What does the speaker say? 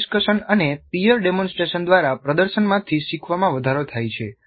peer discussion અને peer demonstration દ્વારા પ્રદર્શનમાંથી શીખવામાં વધારો થાય છે